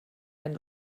wenn